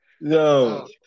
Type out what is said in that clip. No